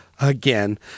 again